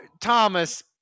thomas